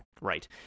right